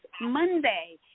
Monday